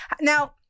now